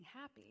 happy